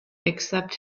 except